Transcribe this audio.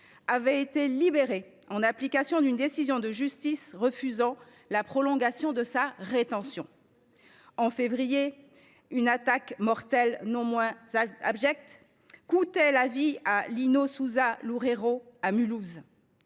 avait été libéré en application d’une décision de justice refusant la prolongation de sa rétention. En février, une attaque mortelle – non moins abjecte – coûtait la vie à Lino Sousa Loureiro, à Mulhouse.